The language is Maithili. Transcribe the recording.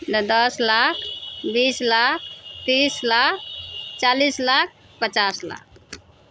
दस लाख बीस लाख तीस लाख चालिस लाख पचास लाख